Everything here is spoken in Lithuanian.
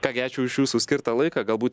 ką gi ačiū už jūsų skirtą laiką galbūt